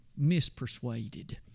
mispersuaded